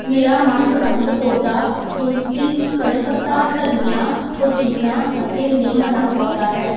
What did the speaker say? ਮੇਰਾ ਮਨ ਪਸੰਦ ਪੌਦਾ ਤੁਲਸੀ ਕੜੀ ਪੱਤਾ ਧਨੀਆ ਪੁਦੀਨਾ ਅਤੇ ਨਿੰਮ ਦਾ ਪੌਦਾ ਹੈ